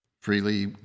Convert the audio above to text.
Freely